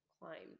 climbed